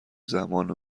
زمان